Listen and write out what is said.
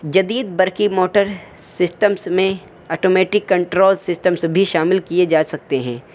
جدید برقی motor systems میں آٹومیٹک کنٹرول سسٹمس بھی شامل کیے جا سکتے ہیں